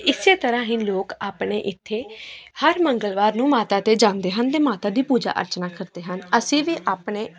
ਇਸ ਤਰ੍ਹਾਂ ਹੀ ਲੋਕ ਆਪਣੇ ਇੱਥੇ ਹਰ ਮੰਗਲਵਾਰ ਨੂੰ ਮਾਤਾ ਦੇ ਜਾਂਦੇ ਹਨ ਅਤੇ ਮਾਤਾ ਦੀ ਪੂਜਾ ਅਰਚਨਾ ਕਰਦੇ ਹਨ ਅਸੀਂ ਵੀ ਆਪਣੇ